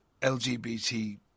LGBT